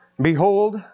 Behold